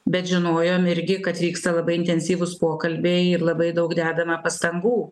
bet žinojom irgi kad vyksta labai intensyvūs pokalbiai ir labai daug dedama pastangų